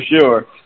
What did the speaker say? sure